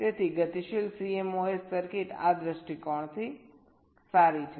તેથી ગતિશીલ CMOS circuit આ દૃષ્ટિકોણથી સારી છે